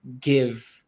give